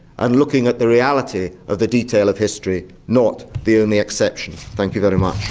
and looking at the reality of the detail of history, not the only exception. thank you very much.